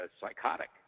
psychotic